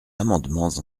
amendements